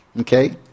Okay